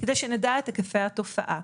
כדי שנדע את היקפי התופעה.